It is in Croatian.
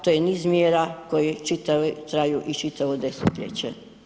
To je niz mjera koje traju i čitavo desetljeće.